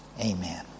Amen